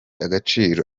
agaciro